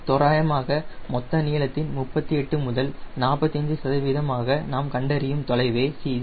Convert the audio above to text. தோராயமாக மொத்த நீளத்தின் 38 முதல் 45 சதவிகிதம் ஆக நாம் கண்டறியும் தொலைவே CG